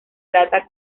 plata